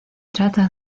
trata